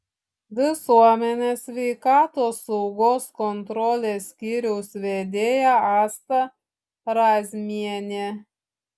visuomenės sveikatos saugos kontrolės skyriaus vedėja asta razmienė